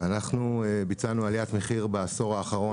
אנחנו ביצענו עליית מחיר בעשור האחרון